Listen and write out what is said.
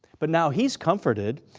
but now he's comforted,